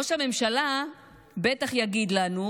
ראש הממשלה בטח יגיד לנו